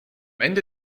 ende